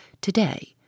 to-day